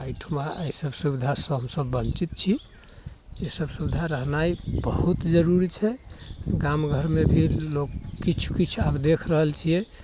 एहिठुमा एहि सभ सुविधा सभसँ वञ्चित छी ई सभ सुविधा रहनाइ बहुत जरूरी छै गाम घरमे भी लोक किछु किछु आब देखि रहल छियै